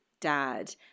dad